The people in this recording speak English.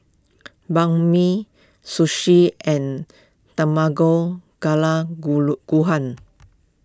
Banh Mi Sushi and Tamago Kala Gohan